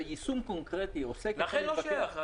זה יישום קונקרטי --- לכן זה לא שייך.